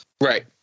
Right